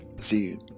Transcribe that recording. see